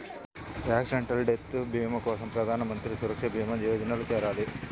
accidental death భీమా కోసం ప్రధాన్ మంత్రి సురక్షా భీమా యోజనలో చేరాలి